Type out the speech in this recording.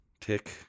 Tick